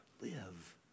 live